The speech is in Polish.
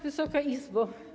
Wysoka Izbo!